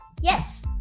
Yes